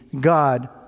God